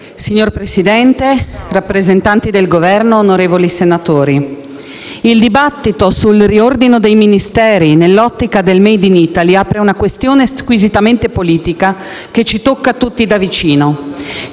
Signor Presidente, rappresentanti del Governo, onorevoli senatori, il dibattito sul riordino dei Ministeri, nell'ottica del *made in Italy*, apre una questione squisitamente politica, che ci tocca tutti da vicino.